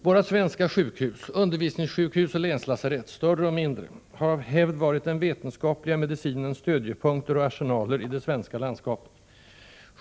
Våra svenska sjukhus, undervisningssjukhus och länslasarett, större och mindre, har av hävd varit den vetenskapliga medicinens stödjepunkter och arsenaler i det svenska landskapet.